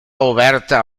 oberta